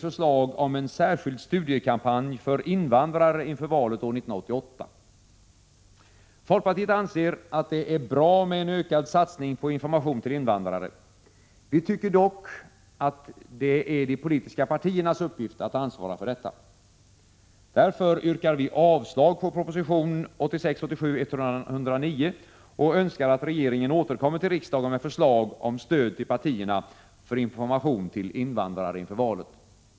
Folkpartiet anser att det är bra med en ökad satsning på information till invandrare. Vi tycker dock att det är de politiska partiernas uppgift att ansvara för detta. Därför yrkar vi avslag på proposition 1986/87:109 och önskar att regeringen återkommer till riksdagen med förslag om stöd till partierna för information till invandrare inför valet.